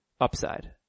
upside